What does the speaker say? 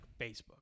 Facebook